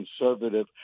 conservative